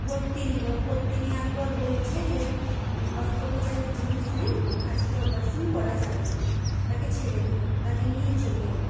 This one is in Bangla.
ভর্তি নিলো ভর্তি নেওয়ার পর বলছে যে অস্ত্রপ্রচারের জিনিস নেই আজকে অপারেশন করা যাবে না তাকে ছেড়ে দিলো তাকে নিয়ে চলে এলো